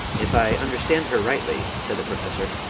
if i understand her rightly, said the professor,